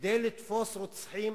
כדי לתפוס רוצחים,